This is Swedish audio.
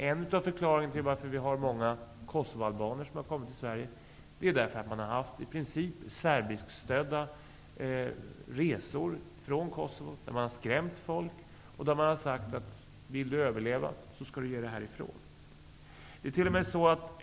En av förklaringarna till att många kosovoalbaner har kommit till Sverige är att det i princip har funnits serbiskstödda resor från Kosovo. Serberna har skrämt folk och sagt att de skall ge sig därifrån om de vill överleva.